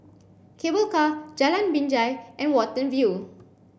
Cable Car Jalan Binjai and Watten View